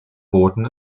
booten